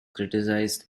criticized